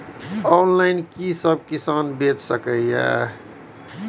Online कि सब किसान बैच सके ये?